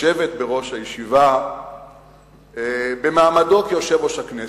לשבת בראש הישיבה במעמדו כיושב-ראש הכנסת,